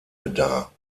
dar